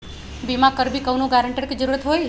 बिमा करबी कैउनो गारंटर की जरूरत होई?